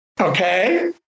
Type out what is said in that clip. Okay